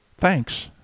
Thanks